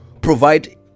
provide